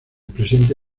presente